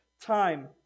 time